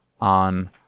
on